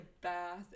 bath